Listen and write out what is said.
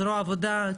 זרוע העבודה,